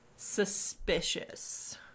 suspicious